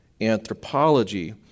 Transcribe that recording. anthropology